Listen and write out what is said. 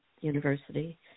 university